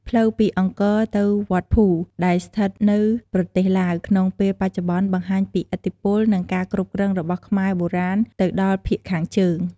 ផ្លូវពីអង្គរទៅវត្តភូ ដែលស្ថិតនៅប្រទេសឡាវក្នុងពេលបច្ចុប្បន្ន បង្ហាញពីឥទ្ធិពល និងការគ្រប់គ្រងរបស់ខ្មែរបុរាណទៅដល់ភាគខាងជើង។